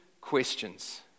questions